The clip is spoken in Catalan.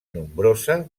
nombrosa